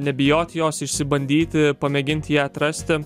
nebijoti jos išsibandyti pamėginti ją atrasti